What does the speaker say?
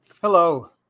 Hello